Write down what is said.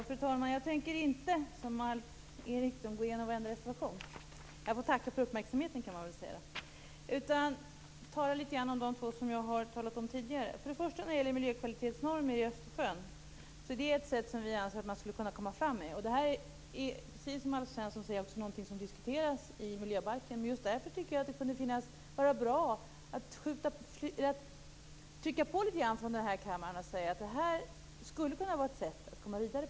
Fru talman! Jag tänker inte, som Alf Eriksson, gå igenom varenda reservation. Jag får tacka för uppmärksamheten. Jag tänker tala om de två som jag har talat om tidigare. När det gäller miljökvalitetsnormer i Östersjön är det ett sätt som vi anser att man skulle kunna komma framåt med. Precis som Alf Eriksson säger är detta något som diskuteras i miljöbalken. Just därför tycker jag att det vore bra att trycka på litet från kammaren och säga att det här skulle kunna vara ett sätt att komma vidare.